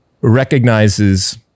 recognizes